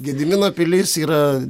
gedimino pilis yra